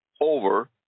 over